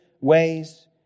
ways